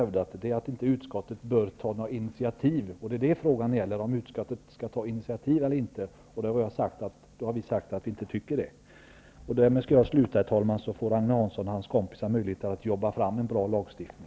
Vad frågan gäller är om utskottet skall ta något initativ eller inte, och vi har sagt att vi tycker att utskottet inte skall göra det. Därmed skall jag sluta, herr talman, så får Agne Hansson och hans kompisar möjlighet att jobba fram en bra lagstiftning.